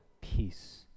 peace